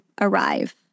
arrive